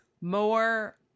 More